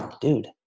Dude